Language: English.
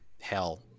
Hell